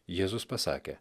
jėzus pasakė